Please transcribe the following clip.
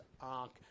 ark